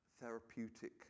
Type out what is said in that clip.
therapeutic